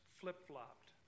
flip-flopped